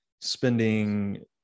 spending